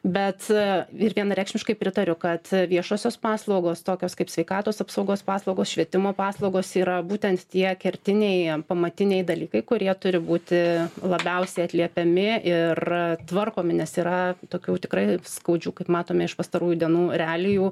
bet ir vienareikšmiškai pritariu kad viešosios paslaugos tokios kaip sveikatos apsaugos paslaugos švietimo paslaugos yra būtent tie kertiniai pamatiniai dalykai kurie turi būti labiausiai atliepiami ir tvarkomi nes yra tokių tikrai skaudžių kaip matome iš pastarųjų dienų realijų